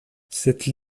cette